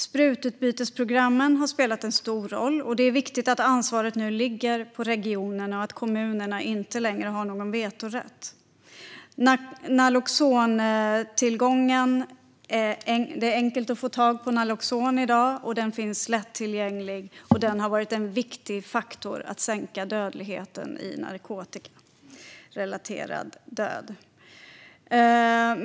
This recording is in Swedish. Sprututbytesprogrammen har spelat en stor roll, och det är viktigt att ansvaret nu ligger på regionerna och att kommunerna inte längre har någon vetorätt. Det är enkelt att få tag på Naloxon i dag, och det har varit en viktig faktor för att sänka den narkotikarelaterade dödligheten.